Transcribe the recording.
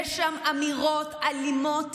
יש שם אמירות אלימות,